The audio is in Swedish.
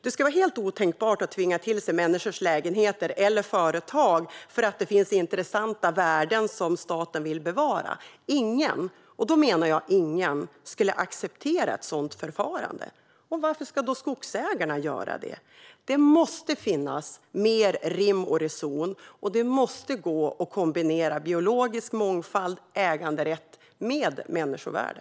Det skulle vara helt otänkbart att tvinga till sig människors lägenheter eller företag för att det finns intressanta värden som staten vill bevara. Ingen skulle acceptera ett sådant förfarande. Varför ska då skogsägarna göra det? Det måste finnas mer rim och reson, och det måste gå att kombinera biologisk mångfald och äganderätt med människovärde.